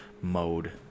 mode